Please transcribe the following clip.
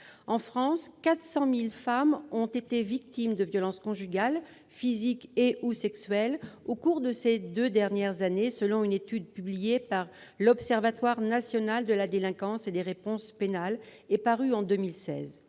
En France, 400 000 femmes ont été victimes de violences conjugales, physiques et/ou sexuelles, au cours des deux dernières années, selon une étude de l'Observatoire national de la délinquance et des réponses pénales parue en 2016.